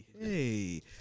Hey